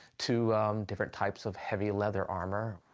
to different types of heavy leather armor.